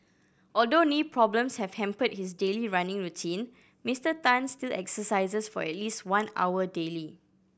although knee problems have hampered his daily running routine Mister Tan still exercises for at least one hour daily